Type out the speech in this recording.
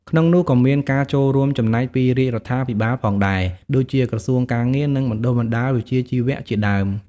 ក្នុងនោះក៏មានការចូលរួមចំណែកពីរាជរដ្ឋាភិបាលផងដែរ ដូចជាក្រសួងការងារ និងបណ្ដុះបណ្ដាលវិជ្ជាជីវៈជាដើម។